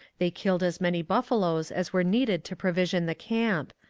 they killed as many buffaloes as were needed to provision the camp,